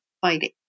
fighting